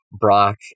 brock